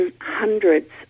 hundreds